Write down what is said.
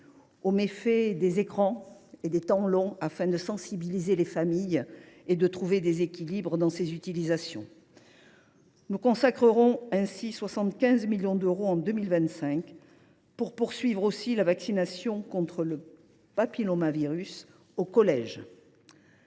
passés devant les écrans, afin de sensibiliser les familles et de trouver des équilibres dans ces utilisations. Nous consacrerons enfin 75 millions d’euros en 2025 pour poursuivre la vaccination contre le papillomavirus au collège.